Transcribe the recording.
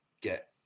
get